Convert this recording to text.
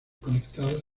conectadas